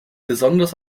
besonders